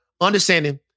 understanding